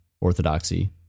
orthodoxy